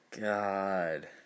God